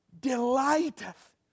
delighteth